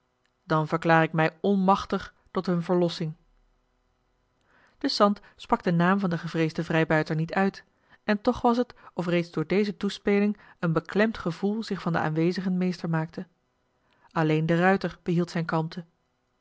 dan verklaar ik mij onmachtig tot hun verlossing de sant sprak den naam van den gevreesden vrijbuiter niet uit en toch was het of reeds door deze toespeling een beklemd gevoel zich van de aanwezigen meester maakte alleen de ruijter behield zijn kalmte